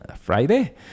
Friday